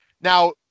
Now